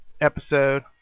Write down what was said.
episode